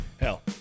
hell